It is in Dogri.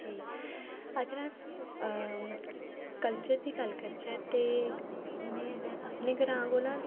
जी अगर अस कल्चर दी गल्ल करचै ते में अपने ग्रांऽ कोला